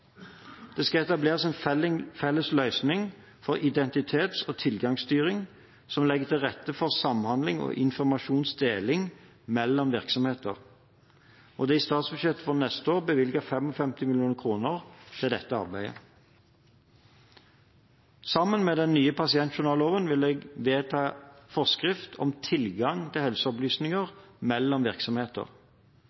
Det skal etableres en felles løsning for identitets- og tilgangsstyring som legger til rette for samhandling og informasjonsdeling mellom virksomheter. Det er i statsbudsjettet for neste år bevilget 55 mill. kr til dette arbeidet. Sammen med den nye pasientjournalloven vil jeg vedta forskrift om tilgang til helseopplysninger